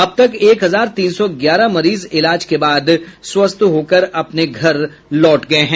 अब तक एक हजार तीन सौ ग्यारह मरीज इलाज के बाद स्वस्थ होकर अपने घर लौट गये हैं